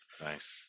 nice